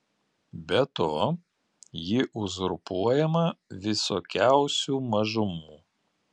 be to ji uzurpuojama visokiausių mažumų